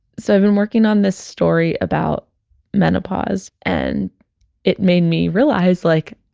so i've been working on this story about menopause and it made me realize like,